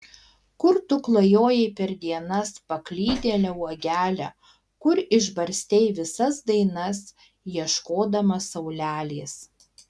kur tu klajojai per dienas paklydėle uogele kur išbarstei visas dainas ieškodama saulelės